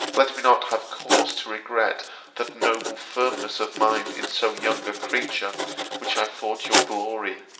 let me not have cause to regret that noble firmness of mind in so young a creature which i thought your glory,